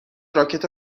راکت